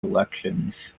elections